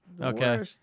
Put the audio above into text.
Okay